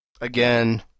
Again